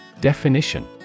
Definition